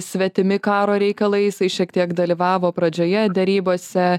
svetimi karo reikalai jisai šiek tiek dalyvavo pradžioje derybose